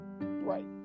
Right